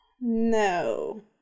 No